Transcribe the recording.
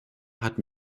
hat